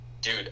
Dude